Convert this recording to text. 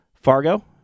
Fargo